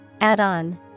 Add-on